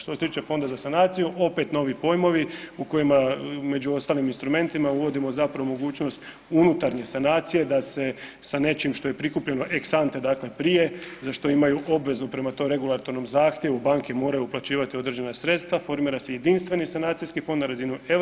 Što se tiče Fonda za sanaciju opet novi pojmovi u kojima među ostalim instrumentima uvodimo zapravo mogućnost unutarnje sanacije da se sa nečim što je prikupljeno ex ante, dakle prije za što imaju obvezu prema tom regulatornom zahtjevu banke moraju uplaćivati određena sredstva formira se jedinstveni sanacijski fond na razini EU